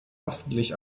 hoffentlich